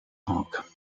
park